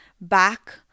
back